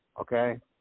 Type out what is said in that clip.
okay